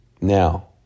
Now